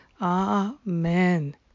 Amen